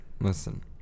listen